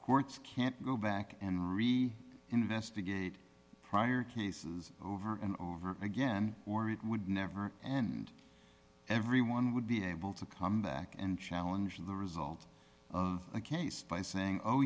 lose can't go back and re investigate prior cases over and over again or it would never end everyone would be able to come back and challenge the result of a case by saying oh